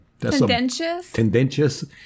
Tendentious